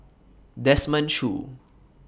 Desmond Choo